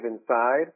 inside